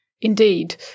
Indeed